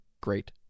great